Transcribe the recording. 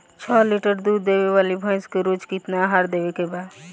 छह लीटर दूध देवे वाली भैंस के रोज केतना आहार देवे के बा?